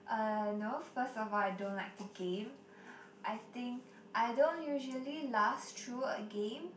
uh no first of all I don't like to game I think I don't usually last through a game